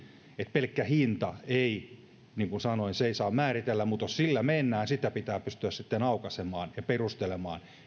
pelkkä hinta niin kuin sanoin ei saa määritellä mutta jos sillä mennään sitä pitää pystyä sitten aukaisemaan ja perustelemaan